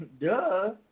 Duh